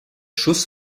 schuss